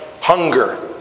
hunger